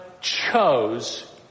chose